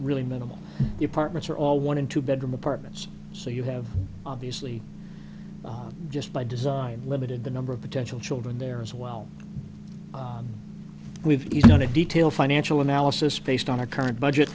really minimal the apartments are all one and two bedroom apartments so you have obviously just by design limited the number of potential children there as well we've done a detailed financial analysis based on our current budget